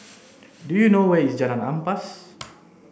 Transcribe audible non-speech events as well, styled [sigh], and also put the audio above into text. do you know where is Jalan Ampas [noise]